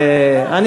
אבל זה קרה.